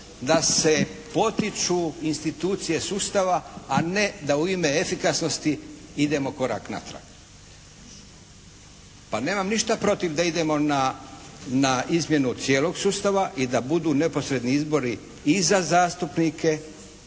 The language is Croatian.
da se potiču institucije sustava, a ne da u ime efikasnosti idemo korak natrag. Pa nemam ništa protiv da idemo na izmjenu cijelog sustava i da budu neposredni izbori i za zastupnike